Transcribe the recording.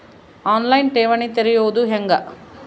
On line ಠೇವಣಿ ತೆರೆಯೋದು ಹೆಂಗ?